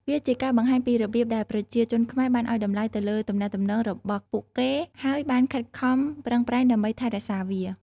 វាជាការបង្ហាញពីរបៀបដែលប្រជាជនខ្មែរបានឲ្យតម្លៃទៅលើទំនាក់ទំនងរបស់ពួកគេហើយបានខិតខំប្រឹងប្រែង ដើម្បីថែរក្សាវា។